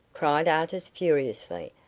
cried artis furiously.